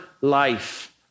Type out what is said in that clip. life